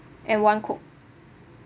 and one coke